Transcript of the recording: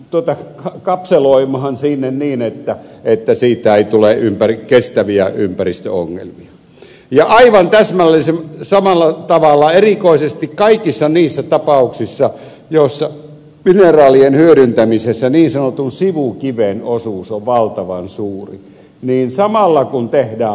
se joudutaan kapseloimaan sinne niin että siitä ei tule kestäviä ympäristöongelmia aivan täsmällisen samalla tavalla erikoisesti kaikissa niissä tapauksissa joissa mineraalien hyödyntämisessä niin sanotun sivukiven osuus on valtavan suuri eli samalla kun perhe ja